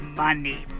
money